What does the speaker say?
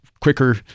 quicker